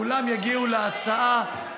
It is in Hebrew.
כולם יגיעו להצבעה,